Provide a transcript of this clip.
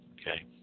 okay